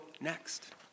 next